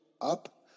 up